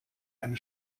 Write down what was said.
eine